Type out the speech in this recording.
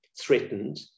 threatened